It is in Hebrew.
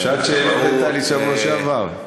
שעת שאלות הייתה לי שבוע שעבר.